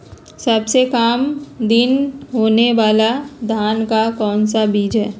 सबसे काम दिन होने वाला धान का कौन सा बीज हैँ?